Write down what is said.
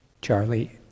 Charlie